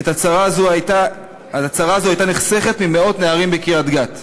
הצרה הזו הייתה נחסכת ממאות נערים בקריית-גת.